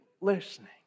listening